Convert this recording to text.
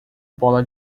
bola